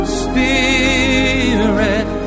spirit